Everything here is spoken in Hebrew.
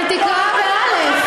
אבל תקרא, באל"ף.